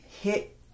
HIT